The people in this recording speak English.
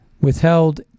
withheld